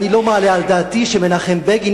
אני לא מעלה על דעתי שמנחם בגין,